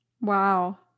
Wow